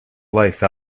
life